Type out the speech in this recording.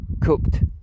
cooked